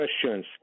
questions